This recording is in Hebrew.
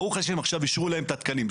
ברוך ה' עכשיו אישרו להם את התקנים.